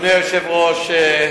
אדוני היושב-ראש,